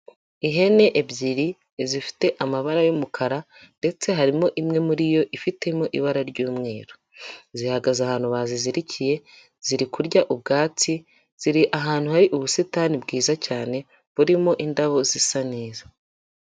Ihene ebyiri zifite amabara y'umukara ndetse harimo imwe muri yo ifitemo ibara ry'umweru. Zihagaze ahantu bazizirikiye, ziri kurya ubwatsi, ziri ahantu hari ubusitani bwiza cyane burimo indabo zisa neza.